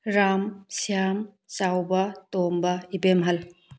ꯔꯥꯝ ꯁ꯭ꯌꯥꯝ ꯆꯥꯎꯕ ꯇꯣꯝꯕ ꯏꯕꯦꯝꯍꯜ